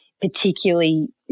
particularly